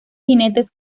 jinetes